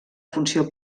funció